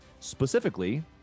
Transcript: specifically